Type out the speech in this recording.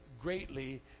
greatly